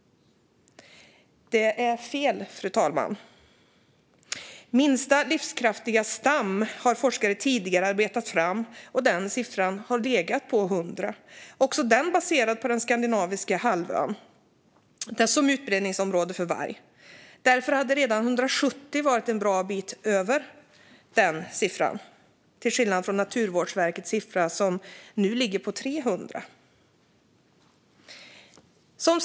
Det är fel, fru talman. Forskare har tidigare slagit fast att siffran för minsta livskraftiga stam ligger på 100. Också denna siffra är baserad på den skandinaviska halvön som utbredningsområde för varg. Redan 170 ligger alltså en bra bit över det, och i dag ligger Naturvårdsverkets siffra på 300.